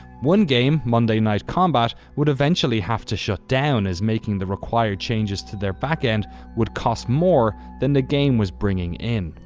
one game, monday night combat, would eventually have to shut down, as making the required changes to their backend would cost more than the game was bringing in.